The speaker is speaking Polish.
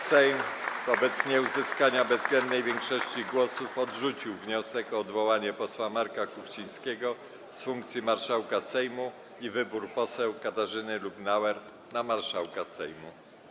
Sejm wobec nieuzyskania bezwzględnej większości głosów odrzucił wniosek o odwołanie posła Marka Kuchcińskiego z funkcji marszałka Sejmu i wybór poseł Katarzyny Lubnauer na marszałka Sejmu.